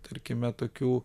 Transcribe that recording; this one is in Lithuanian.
tarkime tokių